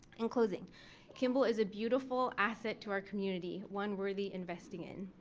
in closing kimball is a beautiful asset to our community. one worthy investing in.